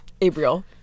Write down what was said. Abriel